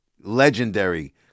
legendary